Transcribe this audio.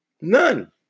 None